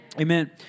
Amen